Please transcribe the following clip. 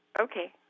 Okay